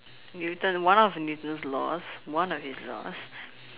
Newton one of the Newton law one of its law